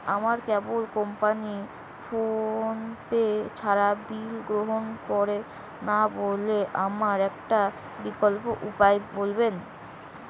আমার কেবল কোম্পানী ফোনপে ছাড়া বিল গ্রহণ করে না বলে আমার একটা বিকল্প উপায় বলবেন?